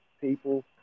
people